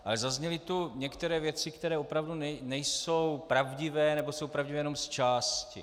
Ale zazněly tu některé věci, které opravdu nejsou pravdivé, nebo jsou pravdivé jenom zčásti.